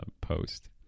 post